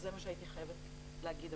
את זה הייתי חייבת לומר הבוקר.